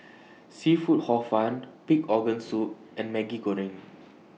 Seafood Hor Fun Pig Organ Soup and Maggi Goreng